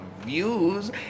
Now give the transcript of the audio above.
views